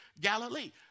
Galilee